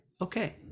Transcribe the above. okay